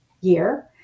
year